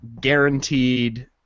guaranteed